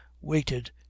waited